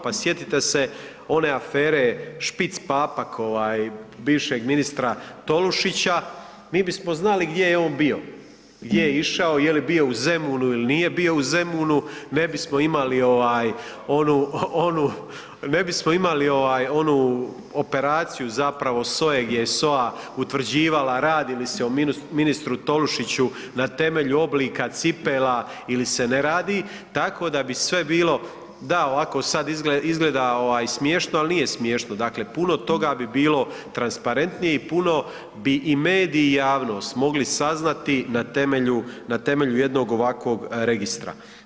Pa sjetite se one afere „špic papak“ ovaj bivšeg ministra Tolušića, mi bismo znali gdje je on bio, gdje je išao, je li bio u Zemunu ili nije bio u Zemunu, ne bismo imali ovaj onu, onu, ne bismo imali ovaj onu operaciju zapravo SOA-e, gdje je SOA utvrđivala radi li se o ministru Tolušića na temelju oblika cipela ili se ne radi, tako da bi sve bilo, da ovako sad izgleda ovaj smiješno, ali nije smiješno, dakle puno toga bi bilo transparentnije i puno bi i mediji i javnost mogli saznati na temelju, na temelju jednog ovakvog registra.